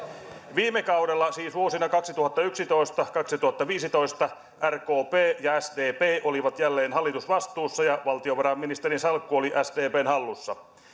viime kaudella siis vuosina kaksituhattayksitoista viiva kaksituhattaviisitoista rkp ja sdp olivat jälleen hallitusvastuussa ja valtiovarainministerin salkku oli sdpn hallussa